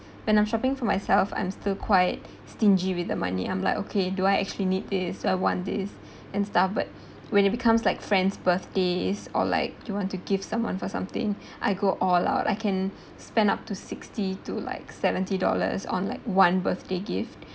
when I'm shopping for myself I'm still quite stingy with the money I'm like okay do I actually need this do I want this and stuff but when it becomes like friends birthdays or like you want to give someone for something I go all out I can spend up to sixty to like seventy dollars on like one birthday gift